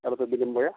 ᱟᱨᱚ ᱛᱚ ᱫᱤᱱᱮᱢ ᱵᱚᱭᱟ